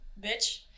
bitch